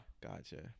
Gotcha